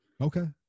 Okay